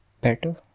better